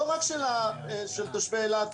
לא רק של תושבי אילת,